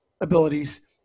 abilities